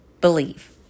believe